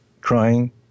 crying